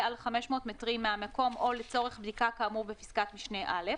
על 500 מטרים מהמקום או לצורך בדיקה כאמור בפסקת משנה (א),